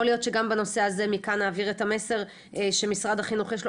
יכול להיות שגם בנושא הזה מכאן נעביר את המסר שמשרד החינוך יש לו